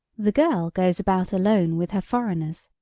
the girl goes about alone with her foreigners.